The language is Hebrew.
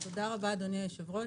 תודה רבה, אדוני היושב-ראש.